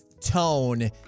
tone